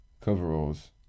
coveralls